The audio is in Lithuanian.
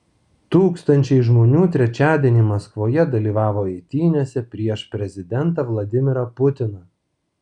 tūkstančiai žmonių trečiadienį maskvoje dalyvavo eitynėse prieš prezidentą vladimirą putiną